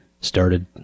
started